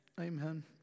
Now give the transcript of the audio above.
amen